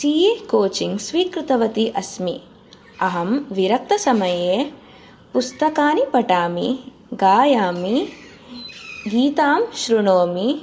C A coaching स्वीकृतवती अस्मि अहं विरक्तसमये पुस्तकानि पठामि गायामि गीतां शृणोमि